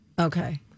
Okay